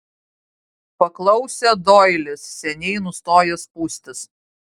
paklausė doilis seniai nustojęs pūstis